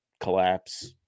collapse